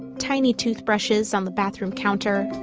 tiny toothbrushes on the bathroom counter,